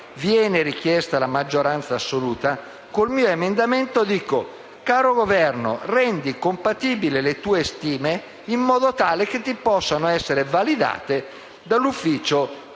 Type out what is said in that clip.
viene richiesta la maggioranza assoluta), con il mio emendamento chiedo: caro Governo, rendi compatibili le tue stime in modo tale che possano essere validate dall'Ufficio